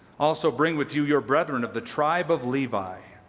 also bring with you your brethren of the tribe of levi,